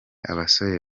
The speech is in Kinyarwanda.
abasore